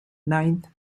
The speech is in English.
ninth